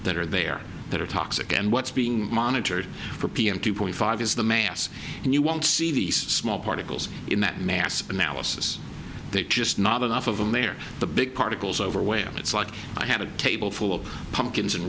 that are there that are toxic and what's being monitored for pm two point five is the mass and you won't see these small particles in that massive analysis they just not enough of them they are the big particles over where it's like i had a table full of pumpkins and